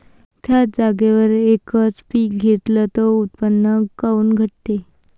थ्याच जागेवर यकच पीक घेतलं त उत्पन्न काऊन घटते?